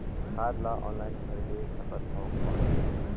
खाद ला ऑनलाइन खरीदे सकथव कौन?